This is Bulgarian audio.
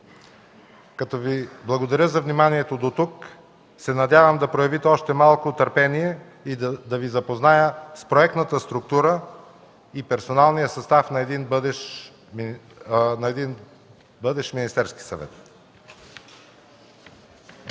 Като Ви благодаря за вниманието дотук, надявам се да проявите още малко търпение и да Ви запозная с проектната структура и персоналния състав на един бъдещ Министерски съвет.